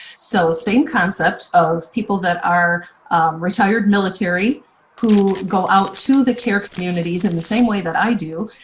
so same concept of people that are retired military who go out to the care communities in the same way that i do.